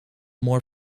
more